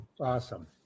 Awesome